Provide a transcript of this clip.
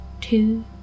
two